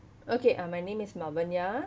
okay uh my name is malvania